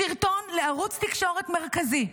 סרטון מבושל לערוץ תקשורת מרכזי,